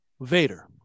Vader